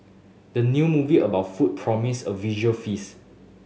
the new movie about food promise a visual feast